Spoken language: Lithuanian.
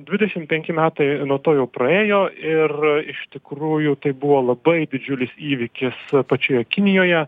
dvidešimt penki metai nuo to jau praėjo ir iš tikrųjų tai buvo labai didžiulis įvykis pačioje kinijoje